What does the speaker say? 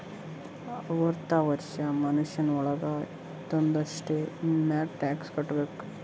ಅರ್ವತ ವರ್ಷ ವಯಸ್ಸ್ ವಳಾಗ್ ಇದ್ದೊರು ಅಷ್ಟೇ ಇನ್ಕಮ್ ಟ್ಯಾಕ್ಸ್ ಕಟ್ಟಬೇಕ್